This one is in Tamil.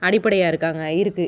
அடிப்படையாக இருக்காங்க இருக்குது